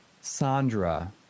Sandra